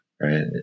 right